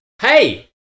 hey